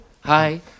hi